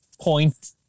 point